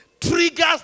triggers